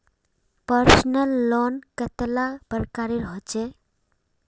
Personal loan कतेला प्रकारेर होचे?